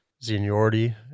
seniority